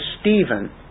Stephen